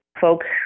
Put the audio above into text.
folks